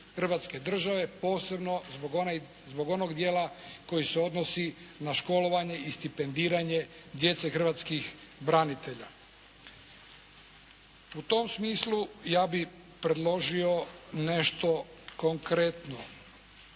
Hrvatske države posebno zbog onog dijela koji se odnosi na školovanje i stipendiranje djece hrvatskih branitelja. U tom smislu ja bih predložio nešto konkretno.